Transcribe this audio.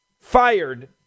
fired